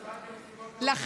המשרד למשימות לאומיות,